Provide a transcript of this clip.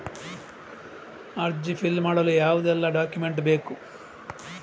ಅರ್ಜಿ ಫಿಲ್ ಮಾಡಲು ಯಾವುದೆಲ್ಲ ಡಾಕ್ಯುಮೆಂಟ್ ಬೇಕು?